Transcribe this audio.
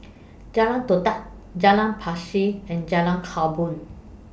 Jalan Todak Jalan and Jalan Korban